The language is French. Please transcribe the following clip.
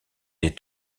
des